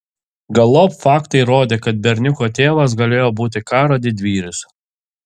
galop faktai rodė kad berniuko tėvas galėjo būti karo didvyris